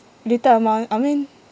little amount I mean